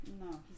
No